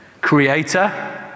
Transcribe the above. Creator